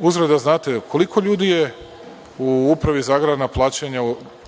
Uzgred, da znate, koliko ljudi je u Upravi za agrarna plaćanja